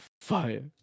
fire